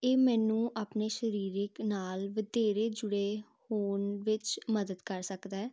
ਇਹ ਮੈਨੂੰ ਆਪਣੇ ਸਰੀਰਿਕ ਨਾਲ ਵਧੇਰੇ ਜੁੜੇ ਹੋਣ ਵਿੱਚ ਮਦਦ ਕਰ ਸਕਦਾ